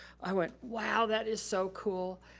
i went, wow, that is so cool.